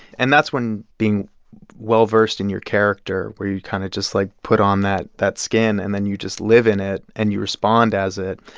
and that's when being well-versed in your character, where you kind of just, like, put on that that skin, and then you just live in it, and you respond as it.